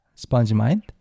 spongemind